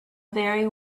very